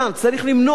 צריך למנוע,